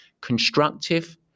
Constructive